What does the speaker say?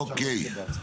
אוקיי.